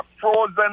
frozen